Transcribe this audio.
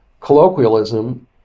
colloquialism